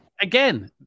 Again